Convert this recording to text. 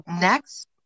next